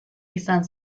izan